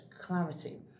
clarity